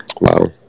Wow